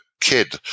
kid